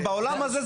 זה שבעולם הזה,